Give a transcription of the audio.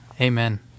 Amen